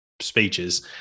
speeches